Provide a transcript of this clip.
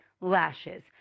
lashes